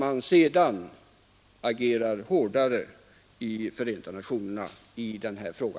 Man borde sedan kunna agera hårdare i Förenta nationerna i denna fråga.